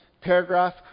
paragraph